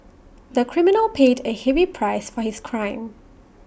the criminal paid A heavy price for his crime